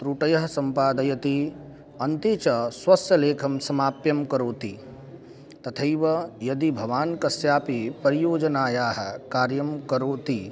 तृटयः सम्पादयति अन्ते च स्वस्य लेखं समाप्यं करोति तथैव यदि भवान् कस्यापि परियोजनायाः कार्यं करोति